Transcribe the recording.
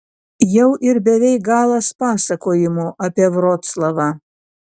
jau ir beveik galas pasakojimo apie vroclavą